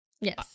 Yes